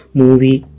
movie